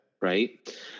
Right